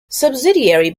subsidiary